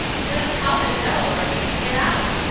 then, how the devil are we to get out?